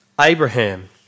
Abraham